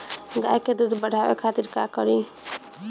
गाय के दूध बढ़ावे खातिर का करी?